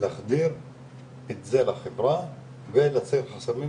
להחדיר את זה לחברה ולהסיר חסמים